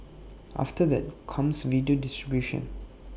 after that comes video distribution